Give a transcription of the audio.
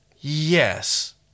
Yes